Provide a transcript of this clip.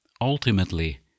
Ultimately